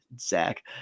Zach